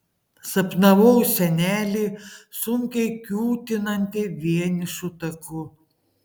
sapnavau senelį sunkiai kiūtinantį vienišu taku